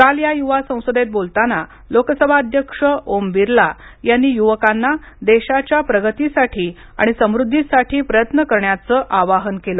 काल या युवा संसदेत बोलताना लोकसभा अध्यक्ष ओम बिर्ला यांनी युवकांना देशाच्या प्रगतीसाठी आणि समृद्धीसाठी प्रयत्न करण्याचं आवाहन केलं